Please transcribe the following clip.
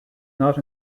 not